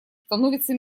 становится